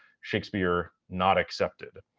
shakespeare not excepted.